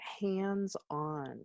hands-on